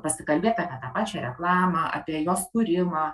pasikalbėt apie tą pačią reklamą apie jos kūrimą